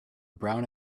brown